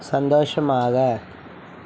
சந்தோஷமாக